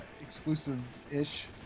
exclusive-ish